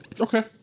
Okay